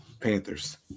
Panthers